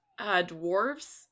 dwarves